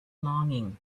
longing